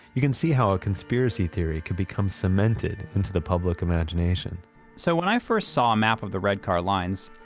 you can see how a conspiracy theory could become cemented into the public imagination so, when i first saw a map of the red car lines,